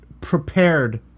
prepared